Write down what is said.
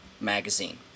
magazine